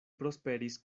prosperis